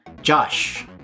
Josh